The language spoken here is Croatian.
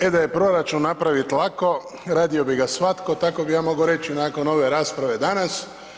E da je proračun napraviti lako, radio bi ga svatko, tako bi ja mogao reći nakon ove rasprave danas.